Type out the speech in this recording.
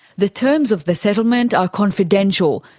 the terms of the settlement are confidential,